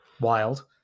wild